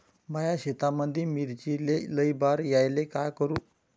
माया शेतामंदी मिर्चीले लई बार यायले का करू?